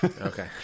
Okay